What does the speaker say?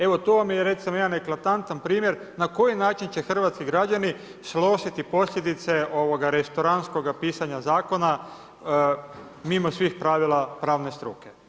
Evo tu vam je recimo jedan eklatantan primjer na koji način će hrvatski građani snositi posljedice restoranskoga pisanja zakona mimo svih pravila pravne struke.